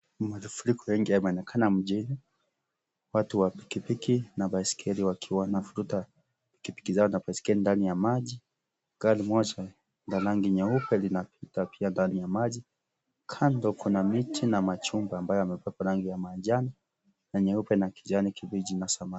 Mafuriko mengi yameonekana mjini, watu wa pikipiki na baiskeli wakiwa wanavuruta pikipiki zao na baiskeli zao ndani ya maji. Gari moja la rangi nyeupe linapita pia ndani ya maji. Kando kuna miti na machumba ambayo yamepakwa yangi ya manjano na nyeupe na kijani kibichi na samawi.